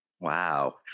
wow